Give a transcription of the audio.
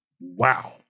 wow